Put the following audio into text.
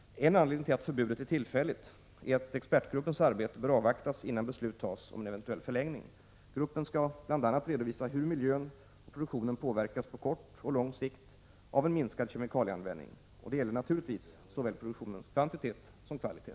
En anledning till att förbudet är tillfälligt är att expertgruppens arbete bör avvaktas innan beslut fattas om en eventuell förlängning. Gruppen skall bl.a. redovisa hur miljön och produktionen påverkas på kort och lång sikt av en minskad kemikalieanvändning. Detta gäller naturligtvis såväl produktionens kvantitet som kvalitet.